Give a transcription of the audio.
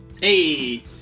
Hey